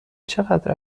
چقدر